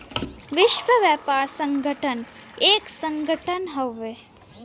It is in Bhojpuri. विश्व व्यापार संगठन एक संगठन हउवे